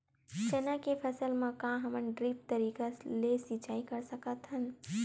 चना के फसल म का हमन ड्रिप तरीका ले सिचाई कर सकत हन?